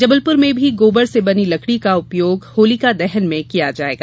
जबलपुर में भी गोबर से बनी लकड़ी का उपयोग होलिका दहन में किया जायेगा